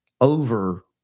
over